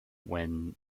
when